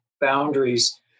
boundaries